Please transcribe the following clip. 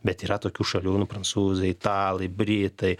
bet yra tokių šalių nu prancūzai italai britai